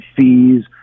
fees